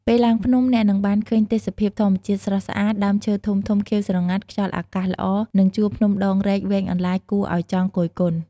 ពេលឡើងភ្នំ អ្នកនឹងបានឃើញទេសភាពធម្មជាតិស្រស់ស្អាត ដើមឈើធំៗខៀវស្រងាត់ ខ្យល់អាកាសល្អ និងជួរភ្នំដងរែកវែងអន្លាយគួរឱ្យចង់គយគន់។